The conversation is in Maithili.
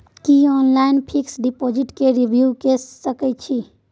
की ऑनलाइन फिक्स डिपॉजिट के रिन्यू के सकै छी?